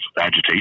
agitation